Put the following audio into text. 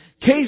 case